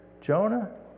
Jonah